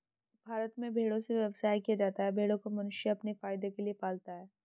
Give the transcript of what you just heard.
भारत में भेड़ों से व्यवसाय किया जाता है भेड़ों को मनुष्य अपने फायदे के लिए पालता है